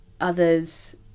others